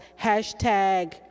Hashtag